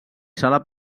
sala